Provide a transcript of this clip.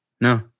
no